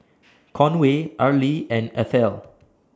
Conway Arly and Ethel